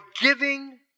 giving